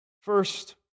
First